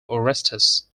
orestes